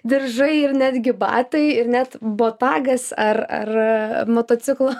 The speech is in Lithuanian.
diržai ir netgi batai ir net botagas ar ar motociklo